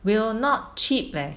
will not chip leh